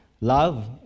Love